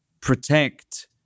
protect